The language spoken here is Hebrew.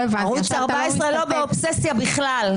ערוץ 14 לא באובססיה בכלל.